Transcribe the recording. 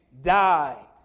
died